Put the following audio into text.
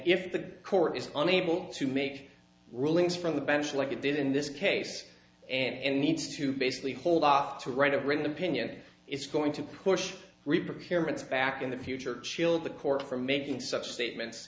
if the court is unable to make rulings from the bench like it did in this case and needs to basically hold off to write a written opinion it's going to push repairman's back in the future chill the court for making such statements